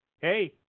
hey